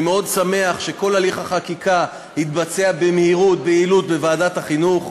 אני מאוד שמח שכל הליך החקיקה התבצע במהירות וביעילות בוועדת החינוך,